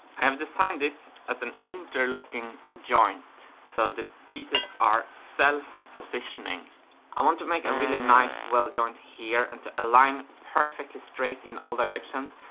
i have designed this as an interlocking joint, so the pieces are self-positioning. i want to make a really nice weld joint here, and to align perfectly straight in all directions,